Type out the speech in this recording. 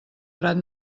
prat